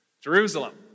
Jerusalem